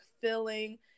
filling